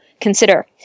consider